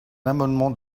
amendement